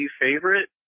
favorite